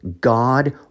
God